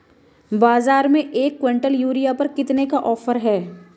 बाज़ार में एक किवंटल यूरिया पर कितने का ऑफ़र है?